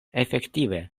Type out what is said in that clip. efektive